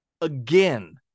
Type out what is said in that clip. again